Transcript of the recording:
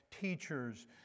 teachers